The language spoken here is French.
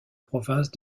province